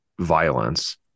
violence